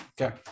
Okay